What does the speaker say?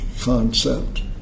concept